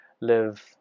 live